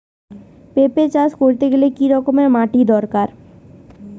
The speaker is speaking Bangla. পেঁপে চাষ করতে কি রকম মাটির দরকার?